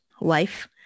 life